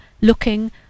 looking